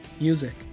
music